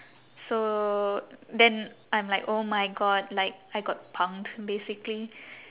so then I'm like oh my god like I got punked basically